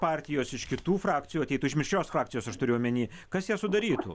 partijos iš kitų frakcijų ateitų iš mišrios frakcijos aš turiu omeny kas ją sudarytų